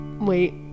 Wait